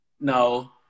No